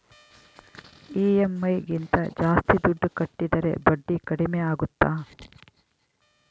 EMI ಗಿಂತ ಜಾಸ್ತಿ ದುಡ್ಡು ಕಟ್ಟಿದರೆ ಬಡ್ಡಿ ಕಡಿಮೆ ಆಗುತ್ತಾ?